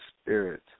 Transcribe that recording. Spirit